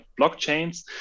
blockchains